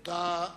תודה.